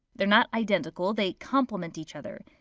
they're not identical they complement each other.